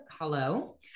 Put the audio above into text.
Hello